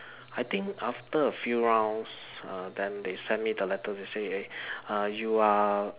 I think after a few rounds uh then they send me the letter they say eh uh you are